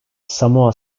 samoa